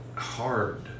hard